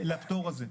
לפטור הזה.